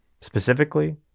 Specifically